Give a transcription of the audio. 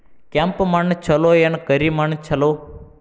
ಕೆಂಪ ಮಣ್ಣ ಛಲೋ ಏನ್ ಕರಿ ಮಣ್ಣ ಛಲೋ?